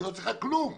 היא לא צריכה כלום.